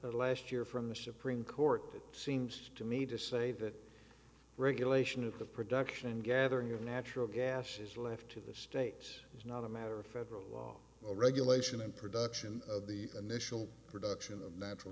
of last year from the supreme court it seems to me to say that regulation of the production gathering of natural gas is left to the states is not a matter of federal law or regulation and production of the initial production of natural